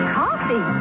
coffee